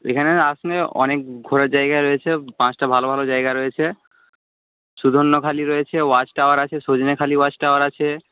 এখানে আসলে অনেক ঘোরার জায়গা রয়েছে পাঁচটা ভালো ভালো জায়গা রয়েছে সুধন্যখালি রয়েছে ওয়াচটাওয়ার আছে সজনেখালি ওয়াচটাওয়ার আছে